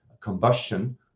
combustion